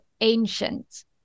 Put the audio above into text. ancient